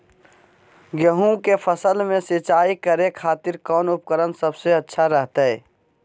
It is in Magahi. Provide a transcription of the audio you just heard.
गेहूं के फसल में सिंचाई करे खातिर कौन उपकरण सबसे अच्छा रहतय?